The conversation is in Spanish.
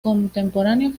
contemporáneos